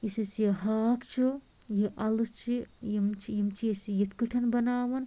یُس اسہِ یہِ ہاکھ چھُ یہِ اَلہٕ چھِ یِم چھِ یِم چھِ أسۍ یِتھ کٲٹھۍ بَناوان